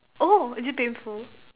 oh is it painful